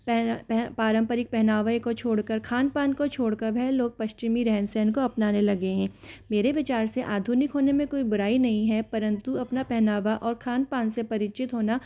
पारम्परिक पहनावे को छोड़कर खान पान को छोड़कर वह लोग पश्चिमी रहन सहन को अपनाने लगे हैं मेरे विचार से आधुनिक होने में कोई बुराई नहीं है परंतु अपना पहनावा और खान पान से परिचित होना